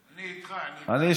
אני איתך, אני איתך.